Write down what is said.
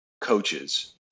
coaches